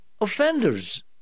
offenders